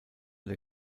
der